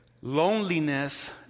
Loneliness